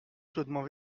chaudement